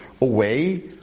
away